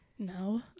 no